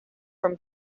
from